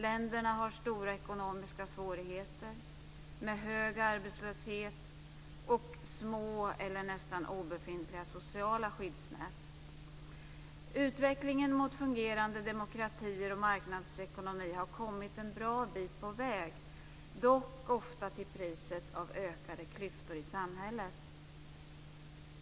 Länderna har stora ekonomiska svårigheter, med hög arbetslöshet och små eller nästan obefintliga sociala skyddsnät. Utvecklingen mot fungerande demokratier och marknadsekonomi har kommit en bra bit på väg, dock ofta till priset av ökade klyftor i samhället.